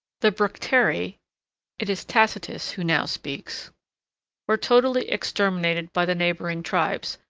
the bructeri it is tacitus who now speaks were totally exterminated by the neighboring tribes,